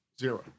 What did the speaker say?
Zero